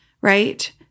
right